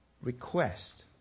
request